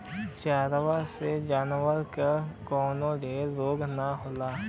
चरावे से जानवर के कवनो ढेर रोग ना होला